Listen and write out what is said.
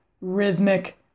rhythmic